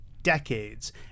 decades